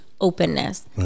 openness